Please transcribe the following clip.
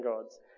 gods